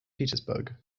petersburg